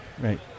right